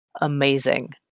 amazing